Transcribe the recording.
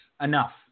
enough